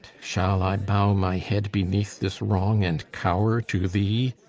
shall i bow my head beneath this wrong, and cower to thee?